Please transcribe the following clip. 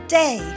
day